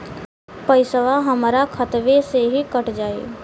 पेसावा हमरा खतवे से ही कट जाई?